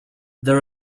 there